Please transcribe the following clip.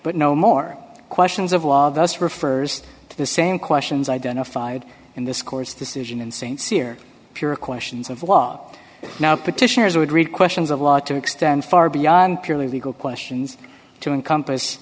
but no more questions of law this refers to the same questions identified in this court's decision in st cyr pura questions of law now petitioners would read questions of law to extend far beyond purely legal questions to encompass